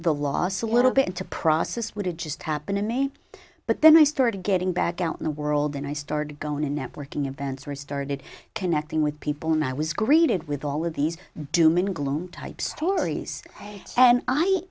the loss a little bit to process what had just happened to me but then i started getting back out in the world and i started going to networking events or started connecting with people and i was greeted with all of these doom and gloom type stories and i